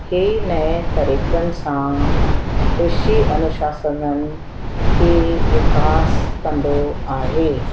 हीअ नए तरीक़नि सां कृषि अनुसंसाधन खे विकास कंदो आहे